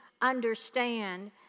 understand